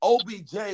OBJ